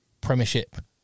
Premiership